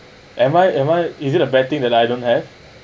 am I am I is it a bad thing that I don't have